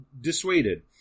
dissuaded